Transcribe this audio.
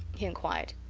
he inquired.